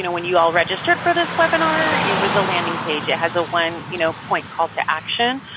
when you all registered for this webinar, it was a landing page, it has a one, you know point call to action.